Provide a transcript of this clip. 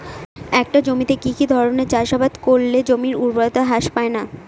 একটা জমিতে কি কি ধরনের চাষাবাদ করলে জমির উর্বরতা হ্রাস পায়না?